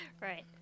Right